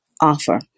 offer